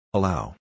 Allow